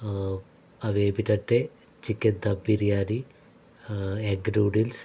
అవేమిటంటే chicken dum biryani egg noodles